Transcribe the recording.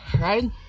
Right